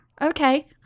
Okay